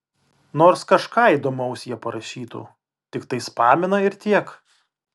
nors kažką įdomaus jie parašytų tiktai spamina ir tiek